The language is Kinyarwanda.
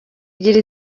igira